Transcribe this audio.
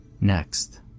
Next